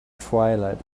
twilight